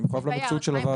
אני מחויב למציאות של הוועדה.